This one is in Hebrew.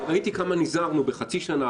ראיתי כמה נזהרנו בחצי שנה,